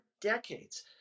decades